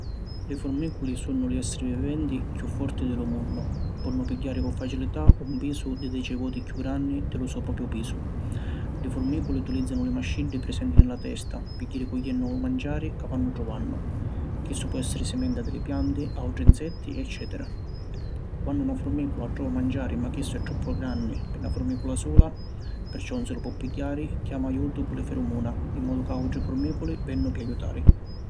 Li furmìculi sunnu li èssiri viventi chiù forti di lu munnu. Ponnu pigghiari cu facilità un pisu di deci voti chiù granni di lu so propiu pisu. Li furmìculi utilìzzanu li masciddi prisenti nni la testa pi jiri cugghiennu lu manciari ca vannu truvannu. Chissu po èssiri simenta di li pianti, àutri insetti, eccètera. Quannu na furmìcula trova manciari ma chissu è troppu granni pi na furmìcula sula, perciò ‘un si lu po pigghiari, chiama ajutu cu li ferumuna in modu ca àutri furmìculi vennu pi ajutari.